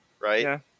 Right